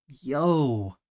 Yo